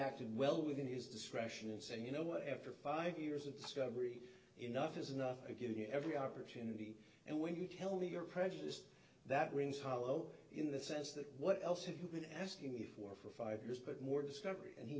acted well within his discretion in saying you know what after five years of discovery enough is enough to give you every opportunity and when you tell me you're prejudiced that rings hollow in the sense that what else have you been asking me for five years but more discovery and he